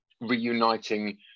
reuniting